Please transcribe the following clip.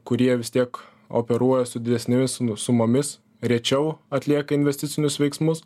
kurie vis tiek operuoja su didesnėmis sumomis rečiau atlieka investicinius veiksmus